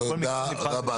גם כל --- תודה רבה.